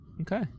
Okay